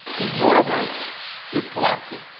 the universe is collapsing.